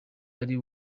ari